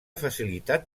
facilitat